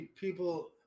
people